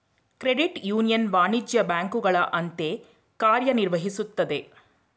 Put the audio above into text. credit union ವಾಣಿಜ್ಯ ಬ್ಯಾಂಕುಗಳ ಅಂತೆ ಕಾರ್ಯ ನಿರ್ವಹಿಸುತ್ತದೆ